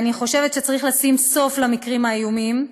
אני חושבת שצריך לשים סוף למקרים האיומים.